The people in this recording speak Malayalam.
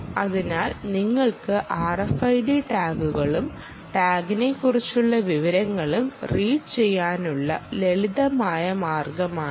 അതിനാൽ നിങ്ങൾക്ക് RFID ടാഗുകളും ടാഗിനെക്കുറിച്ചുള്ള വിവരങ്ങളും റീഡ് ചെയ്യാനുള്ള ലളിതമായ മാർഗമാണിത്